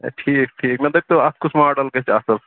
ہَے ٹھیٖک ٹھیٖک مےٚ دٔپیٛو اَتھ کُس ماڈل گَژھِ اَصٕل